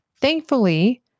Thankfully